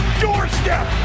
doorstep